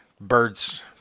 birds